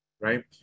Right